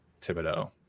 Thibodeau